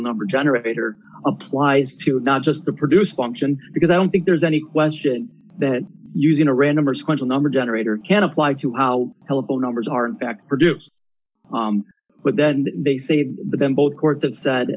number generator applies to not just the produce function because i don't think there's any question that using a random or sequential number generator can apply to how telephone numbers are in fact produced but then they save them both court that said